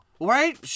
Right